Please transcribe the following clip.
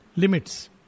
Limits